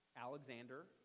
Alexander